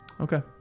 Okay